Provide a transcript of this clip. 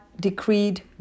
decreed